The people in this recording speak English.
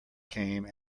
came